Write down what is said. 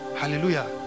hallelujah